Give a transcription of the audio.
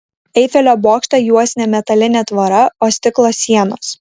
eifelio bokštą juos ne metalinė tvora o stiklo sienos